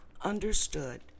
understood